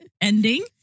Ending